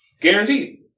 Guaranteed